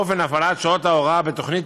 באופן הפעלת שעות ההוראה בתוכנית,